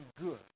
good